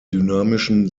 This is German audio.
dynamischen